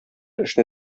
эшне